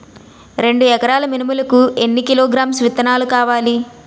రెండు ఎకరాల మినుములు కి ఎన్ని కిలోగ్రామ్స్ విత్తనాలు కావలి?